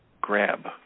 grab